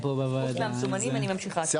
העברת מיפוי תשתיות למאגר המיפוי.